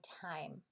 time